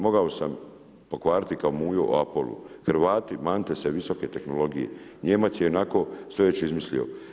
Mogao sam pokvariti kao Mujo u Apolu, HRvati manite se visoke tehnologije, Nijemac je i onako sve već izmislio.